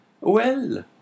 Well